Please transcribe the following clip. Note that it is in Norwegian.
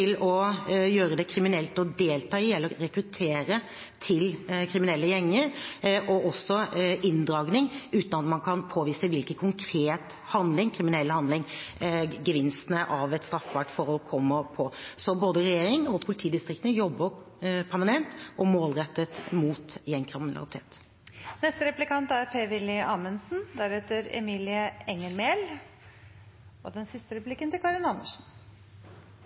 å gjøre det kriminelt å delta i eller rekruttere til kriminelle gjenger, og også til inndragning uten at man kan påvise hvilken konkret kriminell handling gevinstene av et straffbart forhold kommer fra. Både regjeringen og politidistriktene jobber permanent og målrettet mot gjengkriminalitet.